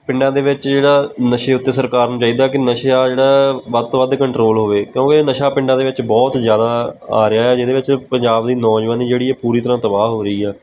ਪਿੰਡਾਂ ਦੇ ਵਿੱਚ ਜਿਹੜਾ ਨਸ਼ੇ ਉੱਤੇ ਸਰਕਾਰ ਨੂੰ ਚਾਹੀਦਾ ਕਿ ਨਸ਼ਾ ਜਿਹੜਾ ਵੱਧ ਤੋਂ ਵੱਧ ਕੰਟਰੋਲ ਹੋਵੇ ਕਿਉਂਕਿ ਇਹ ਨਸ਼ਾ ਪਿੰਡਾਂ ਦੇ ਵਿੱਚ ਬਹੁਤ ਜ਼ਿਆਦਾ ਆ ਰਿਹਾ ਜਿਹਦੇ ਵਿੱਚ ਪੰਜਾਬ ਦੀ ਨੌਜਵਾਨੀ ਜਿਹੜੀ ਪੂਰੀ ਤਰ੍ਹਾਂ ਤਬਾਹ ਹੋ ਰਹੀ ਆ